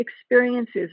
experiences